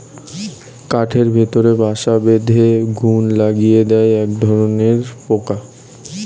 কাঠের ভেতরে বাসা বেঁধে ঘুন লাগিয়ে দেয় একধরনের পোকা